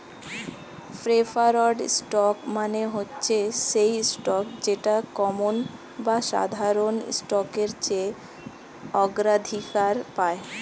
preferred stock মানে হচ্ছে সেই স্টক যেটা কমন বা সাধারণ স্টকের চেয়ে অগ্রাধিকার পায়